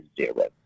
zero